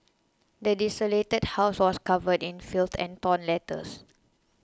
the desolated house was covered in filth and torn letters